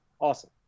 Awesome